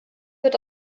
wird